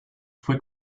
fue